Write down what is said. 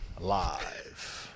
live